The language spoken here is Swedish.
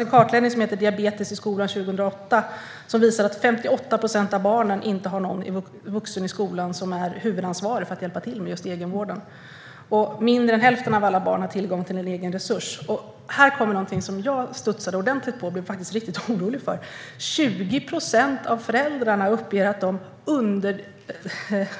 En kartläggning som heter Diabetes i skolan 2008 visade att 58 procent av barnen inte har någon vuxen i skolan som är huvudansvarig för att hjälpa till med egenvården. Mindre än hälften av alla barnen har tillgång till en egen resurs. Och här kommer någonting som jag studsade till ordentligt på - jag blev faktiskt riktigt orolig: 20 procent av föräldrarna uppger att de